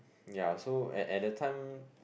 ya so at at the time